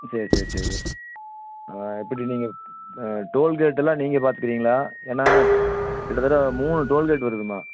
சரி சரி சரி எப்படி நீங்கள் டோல்கேட்டெல்லாம் நீங்கள் பாத்துக்கிறீங்களா ஏன்னா கிட்டத்தட்ட மூணு டோல்கேட் வருதும்மா